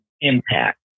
impact